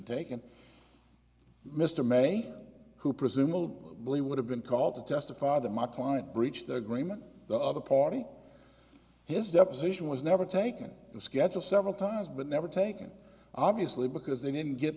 taken mr may who presumably would have been called to testify that my client breached the agreement the other party his deposition was never taken and schedule several times but never taken obviously because they didn't get